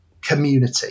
community